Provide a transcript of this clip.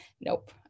Nope